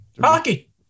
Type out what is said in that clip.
Hockey